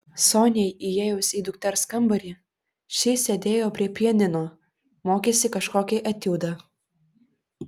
soniai įėjus į dukters kambarį ši sėdėjo prie pianino mokėsi kažkokį etiudą